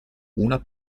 una